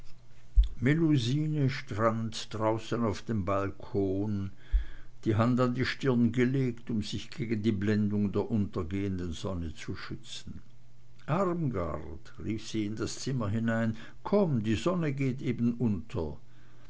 melusine stand draußen auf dem balkon die hand an die stirn gelegt um sich gegen die blendung der untergehenden sonne zu schützen armgard rief sie in das zimmer hinein komm die sonne geht eben unter